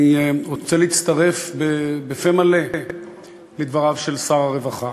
אני רוצה להצטרף בפה מלא לדבריו של שר הרווחה.